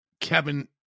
Kevin